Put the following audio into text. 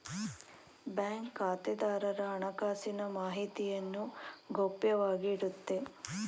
bank ಖಾತೆದಾರರ ಹಣಕಾಸಿನ ಮಾಹಿತಿಯನ್ನು ಗೌಪ್ಯವಾಗಿ ಇಡುತ್ತೆ